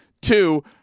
Two